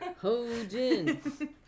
Hojin